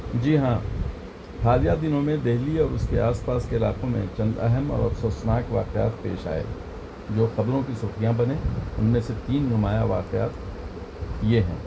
جی ہاں حالیہ دنوں میں دہلی اور اس کے آس پاس کے علاقوں میں چند اہم اور افسوسناک واقعات پیش آئے جو خبروں کی سرخیاں بنے ان میں سے تین نمایاں واقعات یہ ہیں